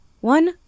One